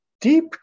deep